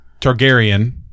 Targaryen